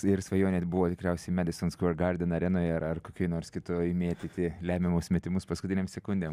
ir svajonė ir buvo tikriausiai madison square garden arenoje ar ar kokioj nors kitoj mėtyti lemiamus metimus paskutinėm sekundėm